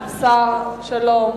השר שלום.